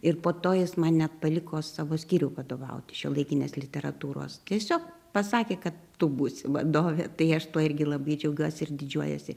ir po to jis man net paliko savo skyrių vadovauti šiuolaikinės literatūros tiesiog pasakė kad tu būsi vadovė tai aš tuo irgi labai džiaugiuosi ir didžiuojuosi